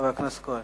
חבר הכנסת כהן.